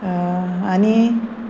आनी